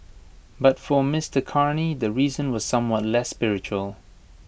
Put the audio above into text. but for Mister Carney the reason was somewhat less spiritual